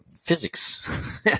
physics